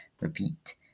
Repeat